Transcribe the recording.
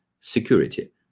security